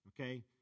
okay